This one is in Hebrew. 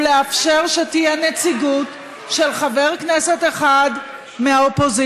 הוא לאפשר שתהיה נציגות של חבר כנסת אחד מהאופוזיציה.